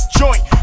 joint